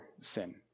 sin